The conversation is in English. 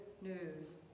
news